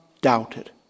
doubted